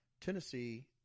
Tennessee